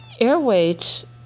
airweight